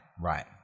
right